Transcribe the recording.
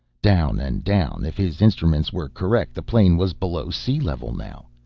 down and down. if his instruments were correct the plane was below sea level now.